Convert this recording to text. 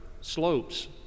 slopes